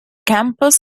campus